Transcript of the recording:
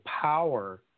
power